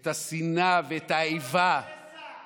את השנאה ואת האיבה, מי גורם לשסע?